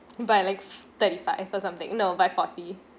by like thirty five or something no by forty